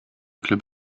club